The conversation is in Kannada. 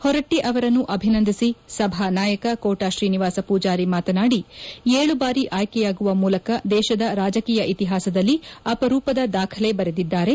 ಹೊರಟ್ಟಿ ಅವರನ್ನು ಅಭಿನಂದಿಸಿ ಸಭಾ ನಾಯಕ ಕೋಟಾ ಶ್ರೀನಿವಾಸ ಪೂಜಾರಿ ಮಾತನಾದಿ ಏಳು ಬಾರಿ ಆಯ್ಕೆಯಾಗುವ ಮೂಲಕ ದೇಶದ ರಾಜಕೀಯ ಇತಿಹಾಸದಲ್ಲಿ ಅಪರೂಪದ ದಾಖಲೆ ಬರೆದಿದ್ದಾರೆ